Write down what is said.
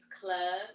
club